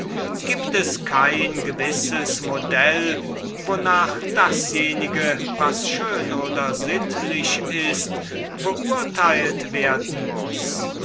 gibt es kein gewisses modell wornach dasjenige was schön oder sittlich ist beurteilt werden muß